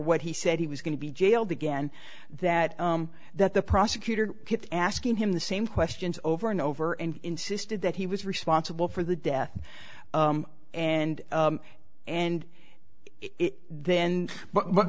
what he said he was going to be jailed again that that the prosecutor keep asking him the same questions over and over and insisted that he was responsible for the death and and it then but